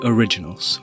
Originals